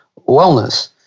wellness